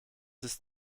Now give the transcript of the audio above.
ist